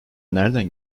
nerden